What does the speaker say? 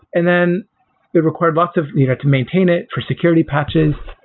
and then they required lots of you know to maintain it, for security patches.